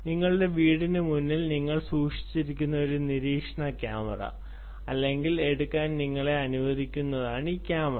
നിങ്ങളുടെ വീടിന് മുന്നിൽ ഞങ്ങൾ സൂക്ഷിച്ചിരിക്കുന്ന ഒരു നിരീക്ഷണ ക്യാമറ അല്ലെങ്കിൽ എടുക്കാൻ ഞങ്ങളെ അനുവദിക്കുന്നതാണ് ക്യാമറ